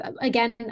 again